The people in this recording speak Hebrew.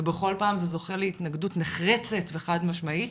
ובכל פעם זה זוכה להתנגדות נחרצת וחד משמעית.